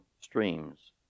streams